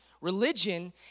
Religion